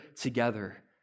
together